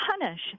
punish